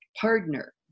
partner